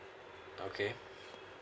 okay